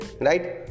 right